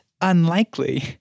unlikely